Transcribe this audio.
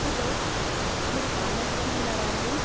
hello మీరు ఫార్మసీలనే ఉన్నారా అండి